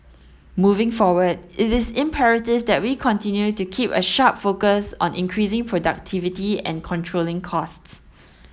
moving forward it is imperative that we continue to keep a sharp focus on increasing productivity and controlling costs